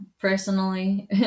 Personally